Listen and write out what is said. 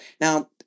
Now